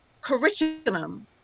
curriculum